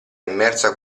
immersa